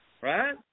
right